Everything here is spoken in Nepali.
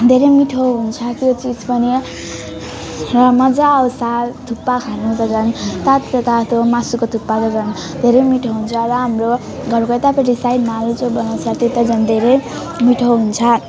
धेरै मिठो हुन्छ त्यो चिज पनि र मजा आउँछ थुक्पा खानु त झन् तातो तातो मासुको थुक्पा त झन् धेरै मिठो हुन्छ र हाम्रो घरको उतापट्टि साइडमा उत्यो आलु चप बनाउँछ त्यो त झन् धेरै मिठो हुन्छ